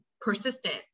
persistent